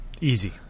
easy